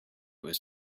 was